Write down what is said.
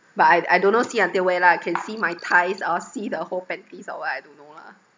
but I I don't know see until where lah can see my thighs or see the whole panties or what I don't know lah